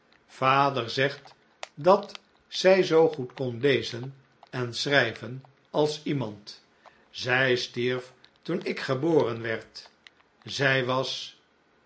vader zegt dat zij zoo goed kon lezen en schrijven als iemand zij stierf toen ik geboren werd zij was